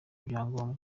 ibyangombwa